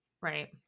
right